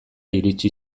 iritsi